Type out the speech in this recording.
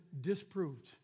disproved